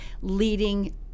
leading